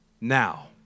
now